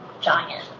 giant